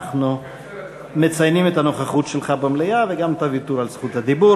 אנחנו מציינים את הנוכחות שלך במליאה וגם את הוויתור על זכות הדיבור.